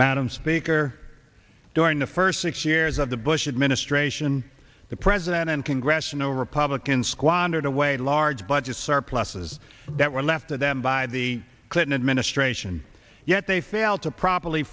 madam speaker during the first six years of the bush administration the president and congressional republicans squandered away large budget surpluses that were left of them by the clinton administration yet they failed to properly